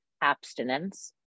abstinence